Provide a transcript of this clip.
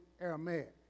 Aramaic